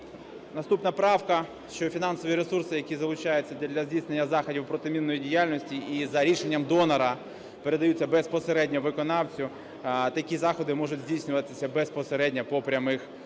Наступна правка, що фінансові ресурси, які залучаються для здійснення заходів протимінної діяльності і за рішенням донора передаються безпосередньо виконавцю, такі заходи можуть здійснюватися безпосередньо по прямих